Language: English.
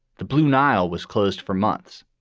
the blue nile was closed for months.